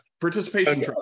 participation